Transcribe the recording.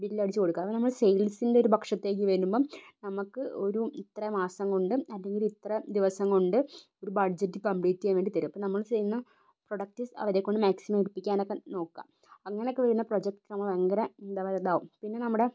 bill അടിച്ചു കൊടുക്കുക അത് നമ്മള് സെയിൽസിൻ്റെ ഒരു പക്ഷത്തേക്ക് വരുമ്പം നമുക്ക് ഒരു ഇത്ര മാസം കൊണ്ട് അല്ലെങ്കില് ഇത്ര ദിവസം കൊണ്ട് ഒരു ബഡ്ജറ്റ് കമ്പ്ലീറ്റ് ചെയ്യാൻ വേണ്ടി തരും അപ്പം നമ്മള് ചെയ്യുന്ന പ്രൊഡക്റ്റ് അവരെക്കൊണ്ട് മാക്സിമം എടുപ്പിക്കാൻ ഒക്കെ നോക്കുക അങ്ങനെയൊക്കെ വരുന്ന പ്രൊജക്റ്റ് നമ്മള് ഭയങ്കര എന്താ പറയുക ഇതാകും പിന്നെ നമ്മുടെ